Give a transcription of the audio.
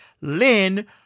Lynn